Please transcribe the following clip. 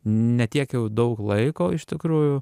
ne tiek jau daug laiko iš tikrųjų